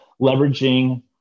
leveraging